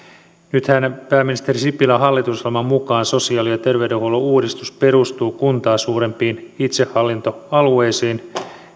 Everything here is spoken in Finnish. nythän pääministeri sipilän hallitusohjelman mukaan sosiaali ja terveydenhuollon uudistus perustuu kuntaa suurempiin itsehallintoalueisiin